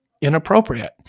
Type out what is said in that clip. inappropriate